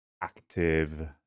active